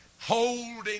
holding